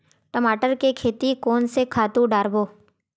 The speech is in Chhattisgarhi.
टमाटर के खेती कोन से खातु डारबो?